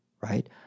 right